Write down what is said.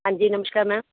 ਹਾਂਜੀ ਨਮਸਕਾਰ ਮੈਮ